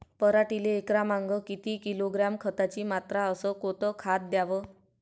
पराटीले एकरामागं किती किलोग्रॅम खताची मात्रा अस कोतं खात द्याव?